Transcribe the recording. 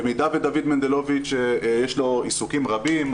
במידה ודוד מנדלוביץ' שיש לו עיסוקים רבים,